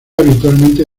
habitualmente